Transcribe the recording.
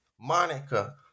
Monica